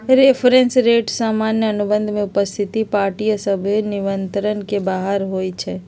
reference rate सामान्य अनुबंध में उपस्थित पार्टिय सभके नियंत्रण से बाहर होइ छइ